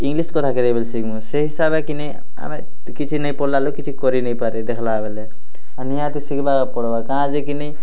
English କଥା କେତେବେଲେ ଶିଖ୍ମୁ ସେ ହିସାବ୍ରେ କି ନେଇଁ ଆମେ କିଛି ନେଇଁ ପଡ଼୍ଲା ଲୋକ୍ କିଛି କରି ନେଇଁ ପାରେ ଦେଖ୍ଲା ବେଲେ ଆର୍ ନିହାତି ଶିଖ୍ବାକେ ପଡ଼୍ବା କାଁ ଜେ କି ନେଇଁ